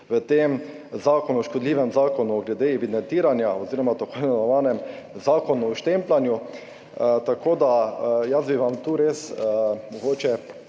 v tem zakonu, škodljivem zakonu glede evidentiranja oziroma tako imenovanem zakonu o štempljanju. Tako da jaz bi vam tu res mogoče